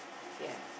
ya